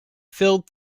filled